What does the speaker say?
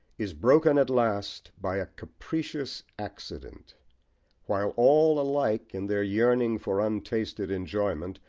is broken at last by a capricious accident while all alike, in their yearning for untasted enjoyment,